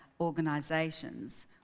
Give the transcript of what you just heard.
organisations